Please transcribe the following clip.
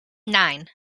nine